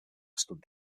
stood